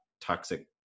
toxic